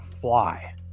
fly